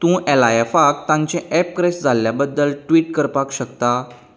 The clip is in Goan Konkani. तूं ऍल आय ऍफाक तांचे ऍप क्रॅश जाल्ल्या बद्दल ट्वीट करपाक शकता